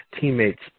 teammates